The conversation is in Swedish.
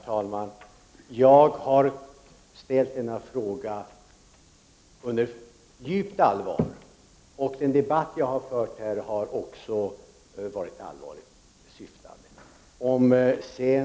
Herr talman! Jag har ställt denna fråga med djupt allvar, och den debatt jag har fört här har också varit allvarligt syftande.